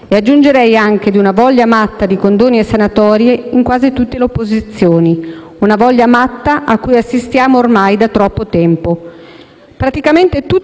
e aggiungerei anche di una voglia matta di condoni e sanatorie in quasi tutta l'opposizione; una voglia matta a cui assistiamo ormai da troppo tempo.